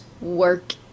work